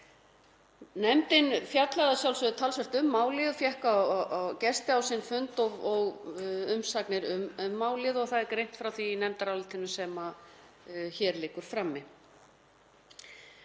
Nefndin fjallaði að sjálfsögðu talsvert um málið og fékk gesti á sinn fund og umsagnir um málið og er greint frá því í nefndarálitinu sem liggur frammi.